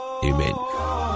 Amen